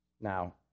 Now